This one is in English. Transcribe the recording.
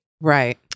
Right